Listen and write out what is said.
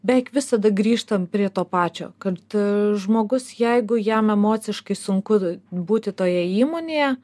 beveik visada grįžtam prie to pačio kad žmogus jeigu jam emociškai sunku būti toje įmonėje